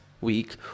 week